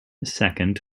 second